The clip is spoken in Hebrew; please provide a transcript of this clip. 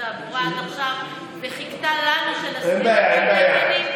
והתעבורה עד עכשיו וחיכתה לנו שנסדיר לכם את העניינים?